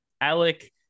Alec